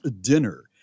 dinner